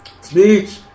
Speech